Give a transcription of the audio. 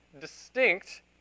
distinct